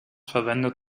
verwendet